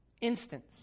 instance